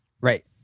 Right